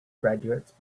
graduates